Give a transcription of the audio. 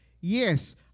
Yes